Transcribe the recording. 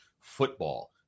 football